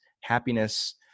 happiness